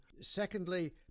secondly